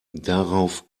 darauf